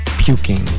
puking